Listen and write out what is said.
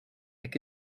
could